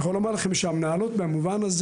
אני יכול לומר לכם, שבמובן הזה